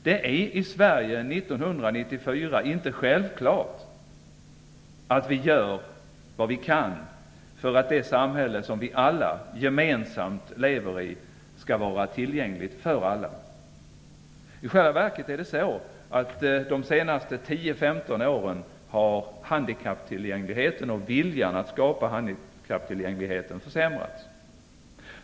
Det är i Sverige 1994 inte självklart att vi gör vad vi kan för att det samhälle som vi alla gemensamt lever i skall vara tillgängligt för alla. I själva verket har handikapptillgängligheten och viljan att skapa handikapptillgänglighet under de senaste 10-15 åren försämrats.